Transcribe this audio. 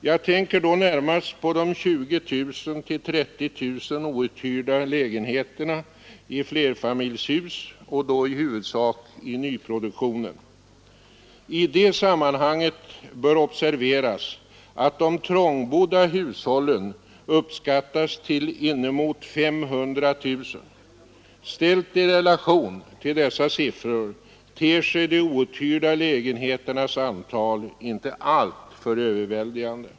Jag tänker då närmast på de 20 000-30 000 outhyrda lägenheterna i flerfamiljshus och då i huvudsak i nyproduktionen. I det sammanhanget bör observeras att de trångbodda hushållen uppskattas till upp emot 500 000. Ställt i relation till dessa siffror ter sig de outhyrda lägenheternas antal inte alltför överväldigande.